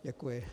Děkuji.